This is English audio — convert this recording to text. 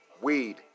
Weed